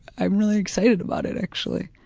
i'm really excited about it actually.